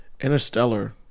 Interstellar